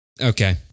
Okay